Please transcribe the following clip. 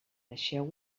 deixeu